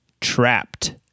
trapped